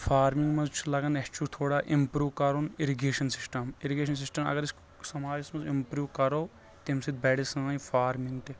farming منٛز چھُ لگان اَسہِ چھُ تھوڑا امپروٗ کرُن اِرگیشن سِسٹم اِرگیشن سِسٹم اگر أسۍ سماجس منٛز اِمپروٗ کرو تَمہِ سۭتۍ بڑِ سأنۍ فارمِنگ تہِ